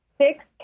Six